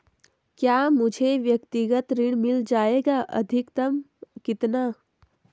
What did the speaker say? क्या मुझे व्यक्तिगत ऋण मिल जायेगा अधिकतम कितना?